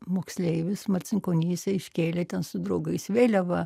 moksleivis marcinkonyse iškėlė ten su draugais vėliavą